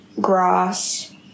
grass